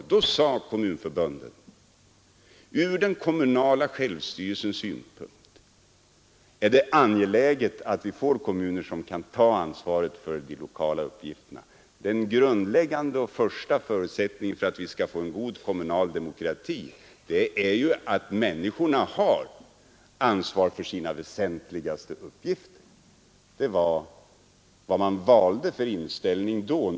Då sade kommunförbunden: Från den kommunala självstyrelsens synpunkt är det angeläget, att vi får kommuner som kan ta ansvaret för de lokala uppgifterna. Den grundläggande och första förutsättningen för att vi skall få en god kommunal demokrati är att kommunerna har ansvar för väsentliga uppgifter. Detta var den inställning man då valde.